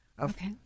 Okay